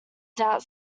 doubt